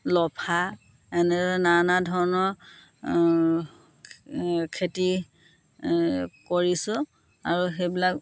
লফা এনেদৰে নানা ধৰণৰ খেতি কৰিছোঁ আৰু সেইবিলাক